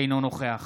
אינו נוכח